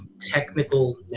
technical